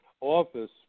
office